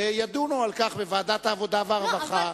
וידונו על כך בוועדת העבודה והרווחה.